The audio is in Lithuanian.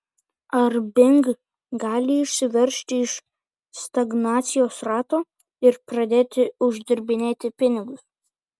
ar bing gali išsiveržti iš stagnacijos rato ir pradėti uždirbinėti pinigus